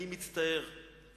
אני מצטער' ...